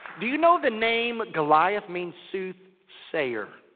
do you know the name goliath means soothsayer?